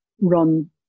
run